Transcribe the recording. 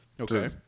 Okay